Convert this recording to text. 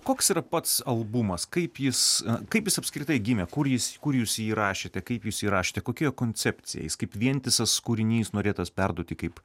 koks yra pats albumas kaip jis kaip jis apskritai gimė kur jis kur jūs jį įrašėte kaip jūs įrašėte kokia jo koncepcija jis kaip vientisas kūrinys norėtas perduoti kaip